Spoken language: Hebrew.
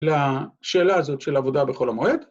‫לשאלה הזאת של עבודה בחול המועד?